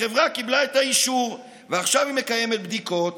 החברה קיבלה את האישור, ועכשיו היא מקיימת בדיקות